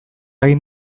egin